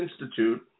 Institute